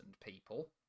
people